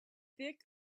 thick